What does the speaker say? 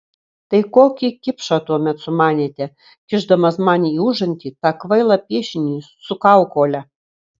tai kokį kipšą tuomet sumanėte kišdamas man į užantį tą kvailą piešinį su kaukole